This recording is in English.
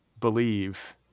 believe